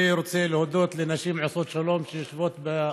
אני רוצה להודות לנשים עושות שלום שיושבות ביציע.